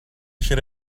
should